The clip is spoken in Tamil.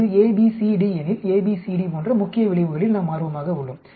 இது A B C D எனில் A B C D போன்ற முக்கிய விளைவுகளில் நாம் ஆர்வமாக உள்ளோம்